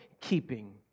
keeping